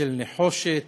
ושל נחושת